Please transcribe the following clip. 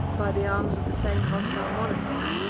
by the arms of the same hostile monarchy.